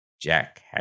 Jack